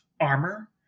armor